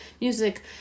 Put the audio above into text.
music